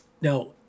Now